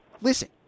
listen